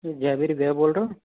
जय वीर भय्या बोल रहे हो